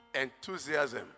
enthusiasm